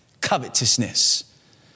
covetousness